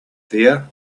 there